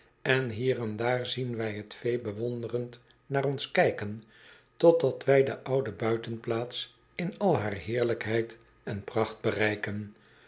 en hier en daar zien wij t vee verwonderd naar ons kijken totdat wij de oude buitenplaats in al haar heerlijkheid en pracht bereiken